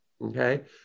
Okay